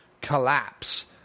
collapse